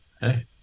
Hey